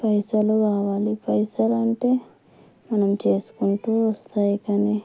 పైసలు కావాలి పైసలు అంటే మనం చేసుకుంటూ వస్తాయి కానీ